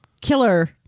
killer